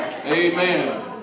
Amen